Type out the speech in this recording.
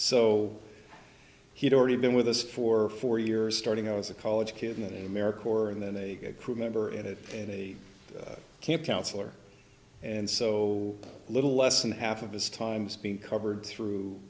so he'd already been with us for four years starting out as a college kid in america corps and then a crew member at it and a camp counselor and so a little less than half of his times being covered through